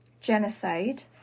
genocide